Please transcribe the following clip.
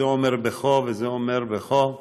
זה אומר בכה וזה אומר בכה.